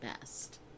best